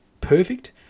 perfect